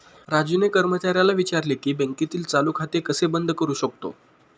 राजूने कर्मचाऱ्याला विचारले की बँकेतील चालू खाते कसे बंद करू शकतो?